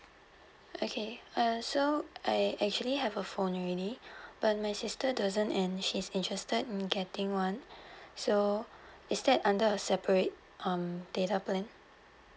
okay err so I actually have a phone already but my sister doesn't and she's interested in getting one so is that under a separate um data plan